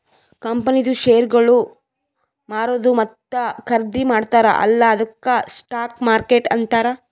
ಕಂಪನಿದು ಶೇರ್ಗೊಳ್ ಮಾರದು ಮತ್ತ ಖರ್ದಿ ಮಾಡ್ತಾರ ಅಲ್ಲಾ ಅದ್ದುಕ್ ಸ್ಟಾಕ್ ಮಾರ್ಕೆಟ್ ಅಂತಾರ್